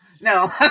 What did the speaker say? No